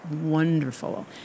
wonderful